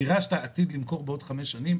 דירה שאתה עתיד למכור בעוד 5 שנים,